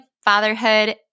fatherhood